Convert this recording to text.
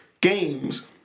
Games